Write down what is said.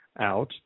out